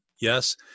Yes